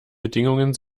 bedingungen